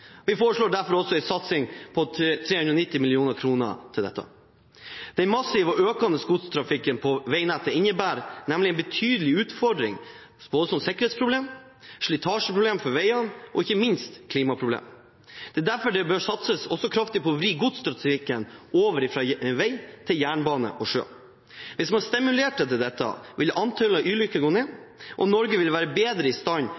Vi foreslår derfor en satsing på 390 mill. kr til dette. Den massive og økende godstrafikken på veinettet innebærer en betydelig utfordring både som sikkerhetsproblem, slitasjeproblem på veiene og ikke minst klimaproblem. Derfor bør det satses kraftig på å vri godstrafikken over fra vei til jernbane og sjø. Hvis man stimulerte til dette, ville antallet ulykker gå ned, og Norge ville være bedre i stand